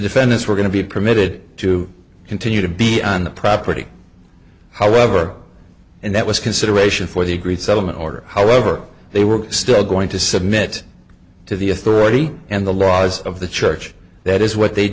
defendants were going to be permitted to continue to be on the property however and that was consideration for the agreed settlement order however they were still going to submit to the authority and the laws of the church that is what they